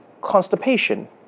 constipation